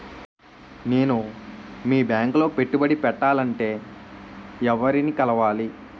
నేను మీ బ్యాంక్ లో పెట్టుబడి పెట్టాలంటే ఎవరిని కలవాలి?